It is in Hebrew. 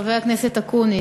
חבר הכנסת אקוניס,